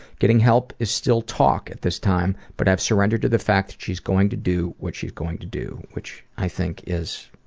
getting help is still talk at this time but i have surrendered to the fact that she is going to do what she is going to do. which i think is.